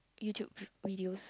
YouTube vi~ videos